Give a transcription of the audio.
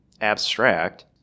abstract